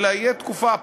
אלא יהיה לתקופה,